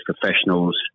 professionals